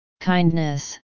kindness